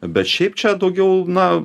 bet šiaip čia daugiau na